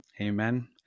Amen